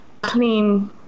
clean